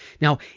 Now